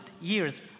years